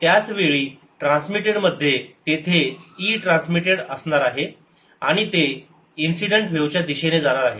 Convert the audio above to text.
त्याच वेळी ट्रान्समिटेड मध्ये तेथे e ट्रान्समिटेड असणार आणि ते इन्सिडेंट व्हेव च्या दिशेने जाणार आहे